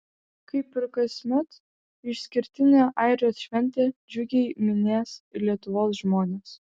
kaip ir kasmet išskirtinę airijos šventę džiugiai minės ir lietuvos žmonės